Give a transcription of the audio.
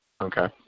Okay